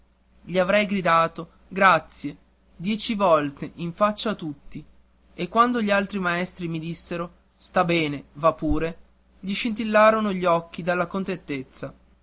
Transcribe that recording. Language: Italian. gli avrei gridato grazie dieci volte in faccia a tutti e quando gli altri maestri mi dissero sta bene va pure gli scintillarono gli occhi dalla contentezza